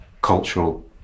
cultural